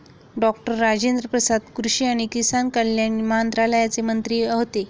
doctor Rajendra Prasad कृषी आणि किसान कल्याण मंत्रालयाचे मंत्री होते